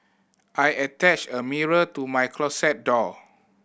attached a mirror to my closet door